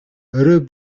орой